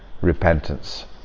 repentance